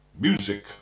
music